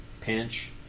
pinch